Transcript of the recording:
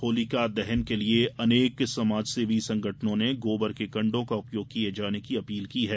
होलिका दहन के लिए अनेक समाजसेवी संगठनों ने गोबर के कंडो का उपयोग किये जाने की अपील की है